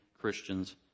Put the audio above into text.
Christians